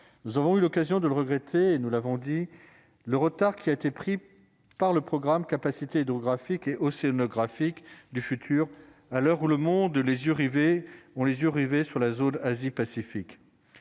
nous avons eu l'occasion de le regretter, nous l'avons dit le retard qui a été pris par le programme, capacité de. Océanographique du futur à l'heure où le monde, les yeux rivés ont les yeux rivés sur la zone Asie-Pacifique,